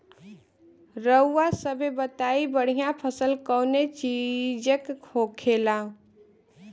रउआ सभे बताई बढ़ियां फसल कवने चीज़क होखेला?